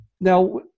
Now